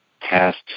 past